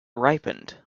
ripened